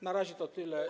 Na razie to tyle.